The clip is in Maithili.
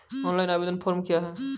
ऑनलाइन आवेदन फॉर्म क्या हैं?